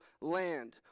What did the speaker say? land